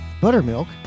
buttermilk